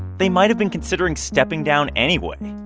they might have been considering stepping down anyway.